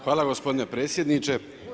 Hvala gospodine predsjedniče.